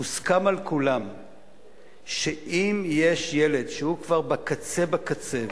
מוסכם על כולם שאם יש ילד שהוא כבר בקצה בקצה,